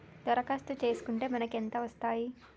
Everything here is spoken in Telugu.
దరఖాస్తు చేస్కుంటే మనకి ఎంత వస్తాయి?